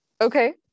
Okay